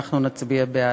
אנחנו נצביע בעד.